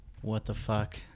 what-the-fuck